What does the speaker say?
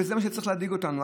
וזה מה שצריך להדאיג אותנו,